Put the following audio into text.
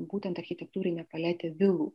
būtent architektūrinė paletė vilų